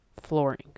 flooring